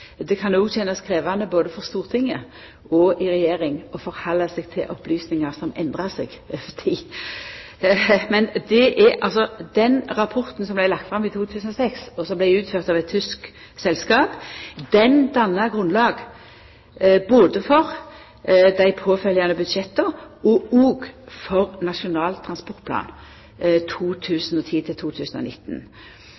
seg til opplysningar som endrar seg over tid. Men den rapporten som vart lagd fram i 2006, og som vart utført av eit tysk selskap, dannar grunnlag for både dei påfølgjande budsjetta og for Nasjonal transportplan